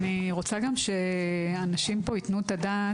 אני גם רוצה שאנשים פה ייתנו את הדעת